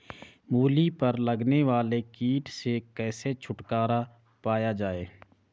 मूली पर लगने वाले कीट से कैसे छुटकारा पाया जाये?